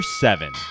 seven